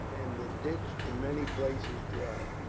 and the ditch, in many places, dry.